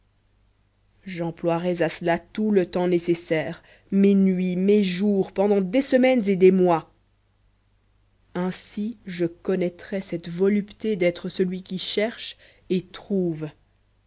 à cela tout le temps nécessaire mes nuits mes jours pendant des semaines et des mois ainsi je connaîtrais cette volupté d'être celui qui cherche et trouve